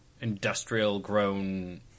industrial-grown